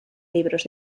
libros